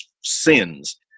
sins